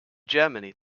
germany